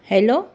hello